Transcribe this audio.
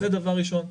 זה דבר ראשון.